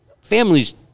Families